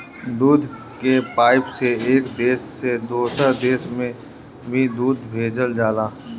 दूध के पाइप से एक देश से दोसर देश में भी दूध भेजल जाला